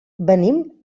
venim